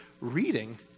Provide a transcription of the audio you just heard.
reading